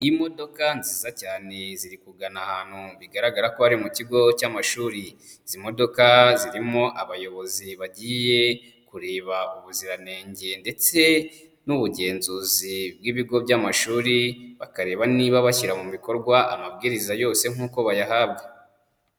Imodoka nziza cyane ziri kugana ahantu bigaragara ko ari mu kigo cy'amashuri. Izi modoka zirimo abayobozi bagiye kureba ubuziranenge ndetse n'ubugenzuzi bw'ibigo by'amashuri, bakareba niba bashyira mu bikorwa amabwiriza yose nkuko bayahabwa.